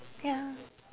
ya